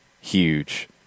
huge